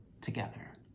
together